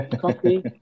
coffee